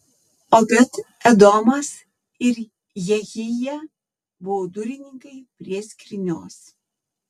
obed edomas ir jehija buvo durininkai prie skrynios